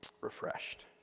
refreshed